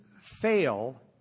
fail